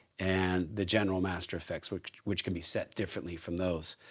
and the general master effects, which which can be set differently from those.